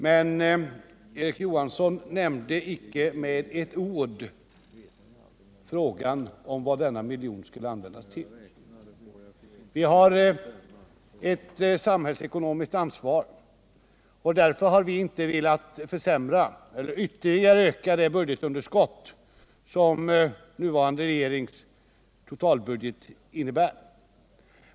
Men Erik Johansson nämnde icke med ett ord frågan om vad denna miljon skulle användas till. Vi har ett samhällsekonomiskt ansvar, och därför har vi inte velat ytterligare öka det budgetunderskott som den nuvarande regeringens totalbudget innebär.